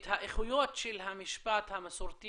את האיכויות של המשפט המסורתי